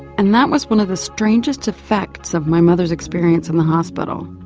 and that was one of the strangest of facts of my mother's experience in the hospital.